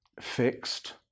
fixed